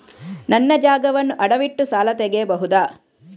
ನನ್ನ ಜಾಗವನ್ನು ಅಡವಿಟ್ಟು ಸಾಲ ತೆಗೆಯಬಹುದ?